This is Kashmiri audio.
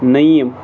نعیٖم